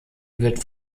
wird